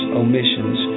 omissions